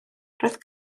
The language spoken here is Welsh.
roedd